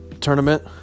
tournament